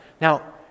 Now